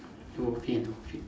bo pian bo pian